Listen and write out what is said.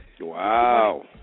Wow